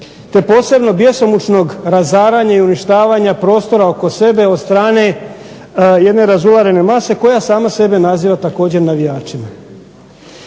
te posebno bjesomučnog razaranja i uništavanja prostora oko sebe od strane jedne razularene mase koja sama sebe naziva također navijačima.